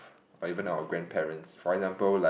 or even our grandparents for example like